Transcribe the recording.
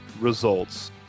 results